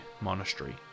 monastery